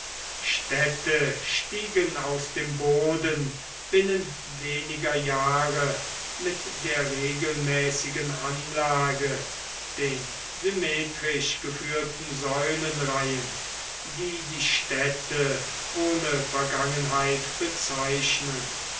städte stiegen aus dem boden binnen weniger jahre mit der regelmäßigen anlage den symmetrisch geführten säulenreihen die die städte ohne vergangenheit bezeichnen